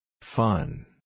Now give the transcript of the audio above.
Fun